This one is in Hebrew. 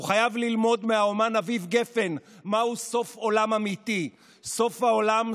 הוא חייב ללמוד מהאומן אביב גפן מהו סוף עולם אמיתי: "סוף העולם,